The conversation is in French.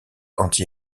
anti